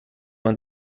man